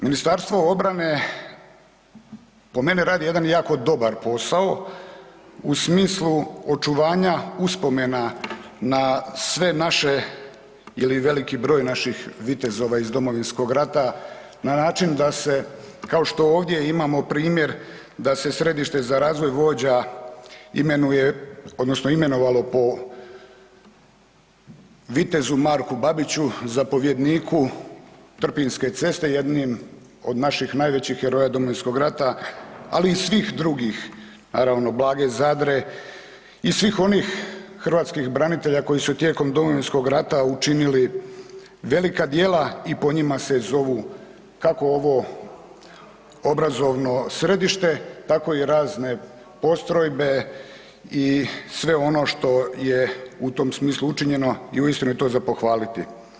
MORH po meni radi jedan jako dobar posao u smislu očuvanja uspomena na sve naše ili veliki broj naših vitezova iz Domovinskog rata na način da se kao što ovdje imamo primjer da se središte za razvoj vođa imenuje odnosno imenovalo po vitezu Marku Babiću, zapovjedniku Trpinjske ceste jednim od naših najvećih heroja Domovinskog rata, ali i svih drugih naravno Blage Zadre i svih onih hrvatskih branitelja koji su tijekom Domovinskog rata učinili velika djela i po njima se zovu kako ovo obrazovno središte tako i razne postrojbe i sve ono što je u tom smislu učinjeno i uistinu je to za pohvaliti.